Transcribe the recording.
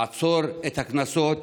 לעצור את הקנסות,